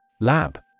Lab